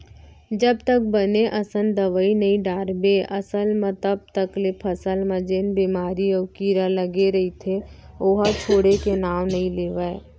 जब तक बने असन दवई नइ डालबे फसल म तब तक ले फसल म जेन बेमारी अउ कीरा लगे रइथे ओहा छोड़े के नांव नइ लेवय